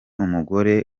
umugore